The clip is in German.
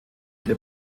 der